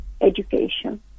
education